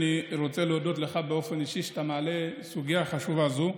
אני רוצה להודות לך באופן אישי על שאתה מעלה סוגיה חשובה זו.